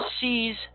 sees